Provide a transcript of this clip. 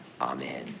amen